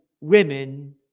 women